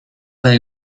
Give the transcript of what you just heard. they